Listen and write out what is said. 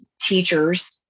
teachers